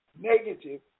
Negative